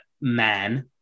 man